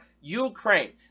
Ukraine